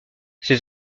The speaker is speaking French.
ses